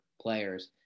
players